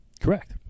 Correct